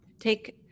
take